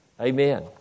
Amen